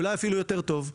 אולי אפילו יותר טוב.